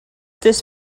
this